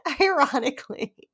Ironically